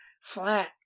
flat